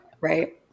Right